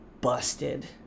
busted